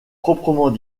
proprement